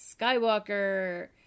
Skywalker